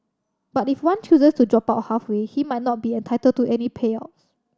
but if one chooses to drop out halfway he might not be entitled to any payouts